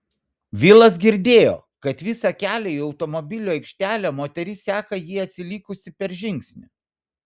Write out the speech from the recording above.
vilas girdėjo kad visą kelią į automobilių aikštelę moteris seka jį atsilikusi per žingsnį